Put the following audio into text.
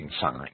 sign